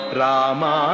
rama